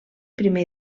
primer